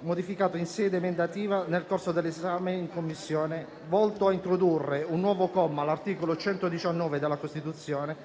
modificato in sede emendativa nel corso dell'esame in Commissione, volto a introdurre un nuovo comma all'articolo 119 della Costituzione,